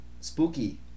spooky